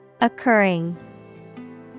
Occurring